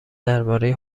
درباره